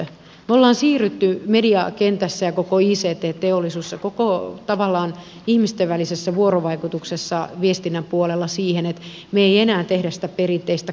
me olemme siirtyneet mediakentässä ja koko ict teollisuudessa tavallaan kaikessa ihmisten välisessä vuorovaikutuksessa viestinnän puolella siihen että me emme enää tee sitä perinteistä connecting people